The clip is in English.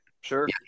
Sure